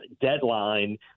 deadline